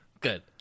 good